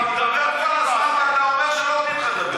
אתה מדבר כל הזמן, ואתה אומר שלא נותנים לך לדבר.